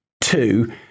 two